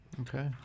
Okay